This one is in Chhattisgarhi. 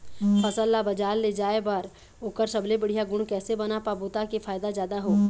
फसल ला बजार ले जाए बार ओकर सबले बढ़िया गुण कैसे बना पाबो ताकि फायदा जादा हो?